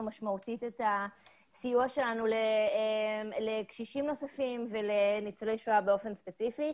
משמעותית את הסיוע שלנו לקשישים נוספים ולניצולי שואה באופן ספציפי,